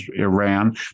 Iran